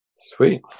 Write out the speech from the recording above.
Sweet